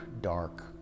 dark